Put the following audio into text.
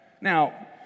now